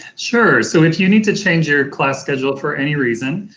sure, so, if you need to change your class schedule, for any reason,